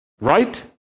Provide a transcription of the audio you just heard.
Right